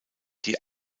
die